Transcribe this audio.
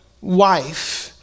wife